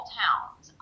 towns